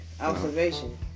Observation